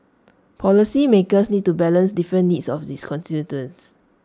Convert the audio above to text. policymakers need to balance different needs of its constituents